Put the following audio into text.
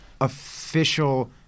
official